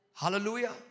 Hallelujah